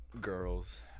girls